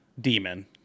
demon